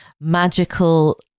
magical